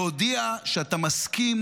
להודיע שאתה מסכים,